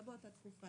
לא באותה תקופה.